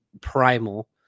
primal